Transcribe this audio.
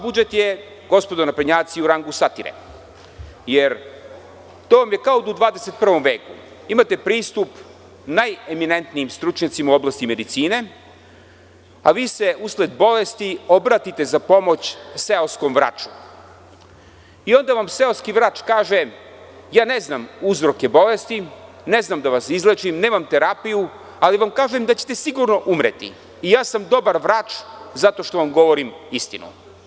Gospodo naprednjaci, vaš budžet je u rangu satire, jer to vam je kao da u XXI veku imate pristup najeminentnijim stručnjacima u oblasti medicine, a vi se usled bolesti obratite za pomoć seoskom vraču i onda vam seoski vrač kaže – ne znam uzroke bolesti, ne znam da vas izlečim, nemam terapiju, ali vam kažem da ćete sigurno umreti i ja sam dobar vrač zato što vam govorim istinu.